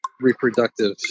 reproductive